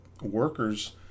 workers